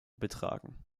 betragen